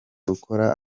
ukora